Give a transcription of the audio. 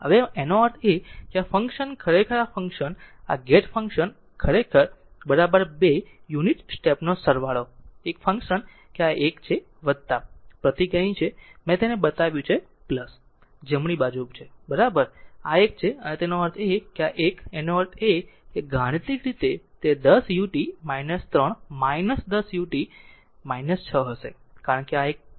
હવે આનો અર્થ એ કે આ ફંકશન ખરેખર આ ફંક્શન આ ગેટ ફંકશન ખરેખર 2 યુનિટ સ્ટેપનો સરવાળો એક ફંક્શન કે જે આ એક છે પ્રતીક અહીં છે મેં તેને બનાવ્યું જમણી બરાબર છે આ એક છે તેનો અર્થ એ કે આ એક તેનો અર્થ છે આ ગાણિતિક રીતે તે 10 ut 3 10 ut 6 હશે કારણ કે જો આ એક છે